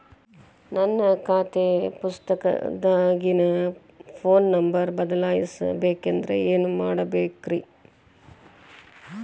ನನ್ನ ಖಾತೆ ಪುಸ್ತಕದಾಗಿನ ಫೋನ್ ನಂಬರ್ ಬದಲಾಯಿಸ ಬೇಕಂದ್ರ ಏನ್ ಮಾಡ ಬೇಕ್ರಿ?